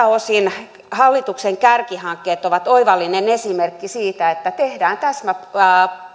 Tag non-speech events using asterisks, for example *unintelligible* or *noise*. *unintelligible* osin hallituksen kärkihankkeet ovat oivallinen esimerkki siitä että tehdään